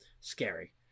scary